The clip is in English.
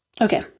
Okay